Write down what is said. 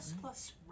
Plus